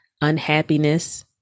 unhappiness